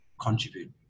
contribute